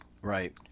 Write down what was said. Right